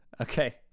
Okay